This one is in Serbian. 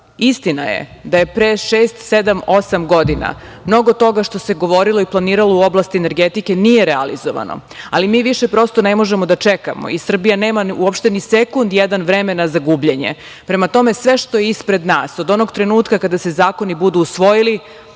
istina je da je pre šest, sedam, osam godina mnogo toga što se govorilo i planiralo u oblasti energetike nije realizovano, ali mi više prosto ne možemo da čekamo i Srbija nema uopšte ni sekund jedan vremena za gubljenje. Prema tome, sve što je ispred nas, od onog trenutka kada se zakoni budu usvojili,